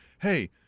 hey